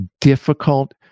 difficult